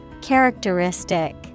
Characteristic